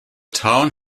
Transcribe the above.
town